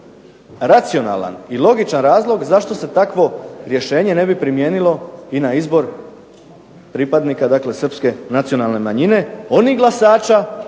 racionalan i logičan razlog zašto se takvo rješenje ne bi primijenilo i na izbor pripadnika dakle srpske nacionalne manjine onih glasača